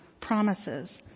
promises